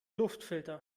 luftfilter